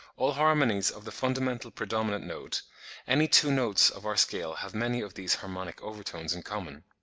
all harmonies of the fundamental predominant note any two notes of our scale have many of these harmonic over-tones in common.